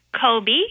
Kobe